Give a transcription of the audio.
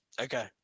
Okay